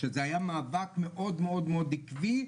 שזה היה מאבק מאוד מאוד מאוד עקבי,